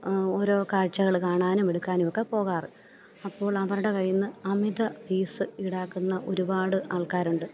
ഓരോ കാഴ്ചകള് കാണാനും എടുക്കാനുമൊക്കെ പോകാറ് അപ്പോൾ അവരുടെ കയ്യില്നിന്ന് അമിത ഫീസ് ഈടാക്കുന്ന ഒരുപാട് ആൾക്കാരുണ്ട്